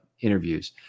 interviews